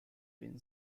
been